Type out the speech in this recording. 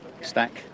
stack